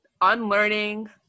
Unlearning